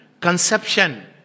conception